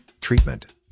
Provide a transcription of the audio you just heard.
Treatment